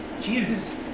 Jesus